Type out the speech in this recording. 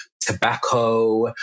tobacco